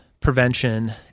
prevention